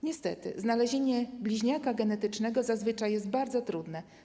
Niestety znalezienie bliźniaka genetycznego zazwyczaj jest bardzo trudne.